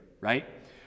right